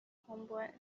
homeboy